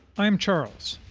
i am charles,